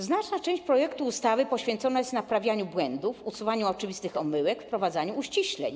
Znaczna część projektu ustawy poświęcona jest naprawianiu błędów, usuwaniu oczywistych omyłek, wprowadzaniu uściśleń.